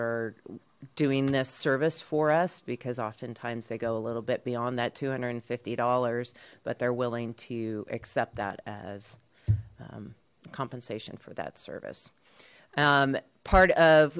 are doing this service for us because oftentimes they go a little bit beyond that two hundred and fifty dollars but they're willing to accept that as compensation for that service part of